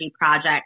projects